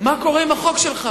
מה קורה עם החוק שלך?